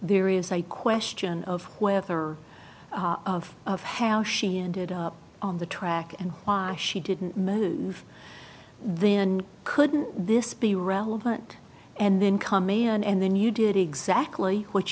there is a question of whether of how she ended up on the track and why she didn't move then couldn't this be relevant and then come in and then you did exactly what